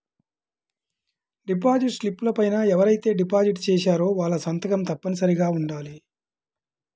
deposit స్లిపుల పైన ఎవరైతే డిపాజిట్ చేశారో వాళ్ళ సంతకం తప్పనిసరిగా ఉండాలి